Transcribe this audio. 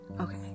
okay